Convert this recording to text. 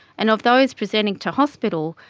and of those presenting to hospital,